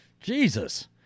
Jesus